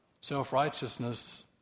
Self-righteousness